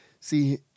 see